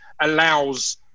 allows